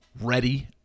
ready